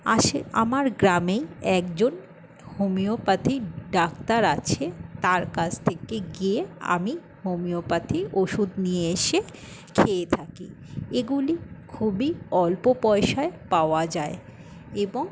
আশে আমার গ্রামেই একজন হোমিওপ্যাথির ডাক্তার আছে তার কাছ থেকে গিয়ে আমি হোমিওপ্যাথি ওষুধ নিয়ে এসে খেয়ে থাকি এগুলি খুবই অল্প পয়সায় পাওয়া যায় এবং